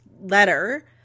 letter